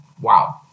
Wow